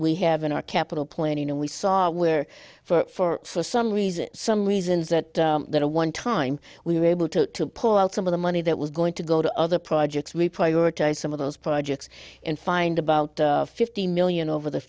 we have in our capital planning and we saw where for some reason some reasons that that a one time we were able to pull out some of the money that was going to go to other projects we prioritize some of those projects and find about fifty million over the